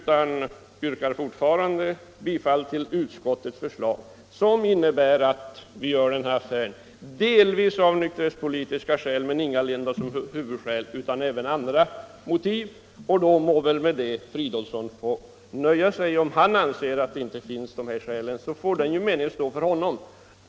Jag yrkar fortfarande bifall till utskottets förslag, vilket innebär att vi gör den här affären delvis av nykterhetspolitiska skäl — men det är ingalunda hu nöja sig med detta. Om han inte anser att dessa skäl finns får den me Onsdagen den ningen stå för honom.